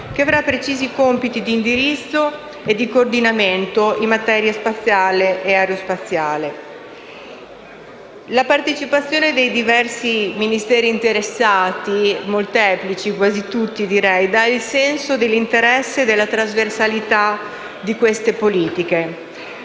che avrà precisi compiti di indirizzo e di coordinamento in materia spaziale e aerospaziale. La partecipazione dei diversi Ministeri interessati, molteplici (quasi tutti direi), dà il senso dell'interesse e della trasversalità di queste politiche: